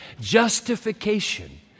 Justification